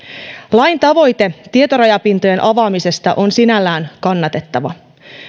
lain tavoite tietorajapintojen avaamisesta on sinällään kannatettava